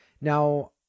now